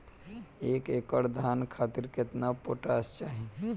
एक एकड़ धान खातिर केतना पोटाश चाही?